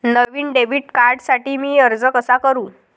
नवीन debit कार्डसाठी मी अर्ज कसा करू?